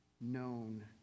known